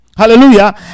Hallelujah